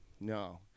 no